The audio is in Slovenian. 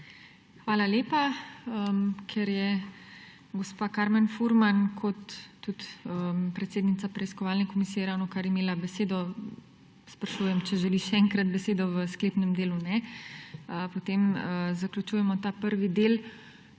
Hvala lepa. Ker je gospa Karmen Furman kot predsednica preiskovalne komisije ravnokar imela besedo, sprašujem, če želi še enkrat besedo v sklepnem delu. Ne. Potem zaključujemo ta prvi del.